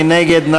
מי נגד?